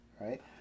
right